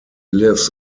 lives